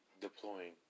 deploying